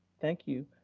thank you.